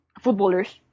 Footballers